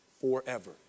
forever